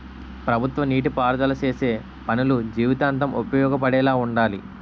ప్రభుత్వ నీటి పారుదల సేసే పనులు జీవితాంతం ఉపయోగపడేలా వుండాలి